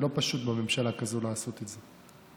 זה לא פשוט בממשלה כזאת לעשות את זה.